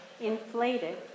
inflated